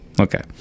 Okay